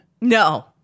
No